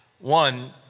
One